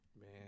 Man